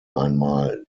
einmal